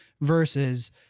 versus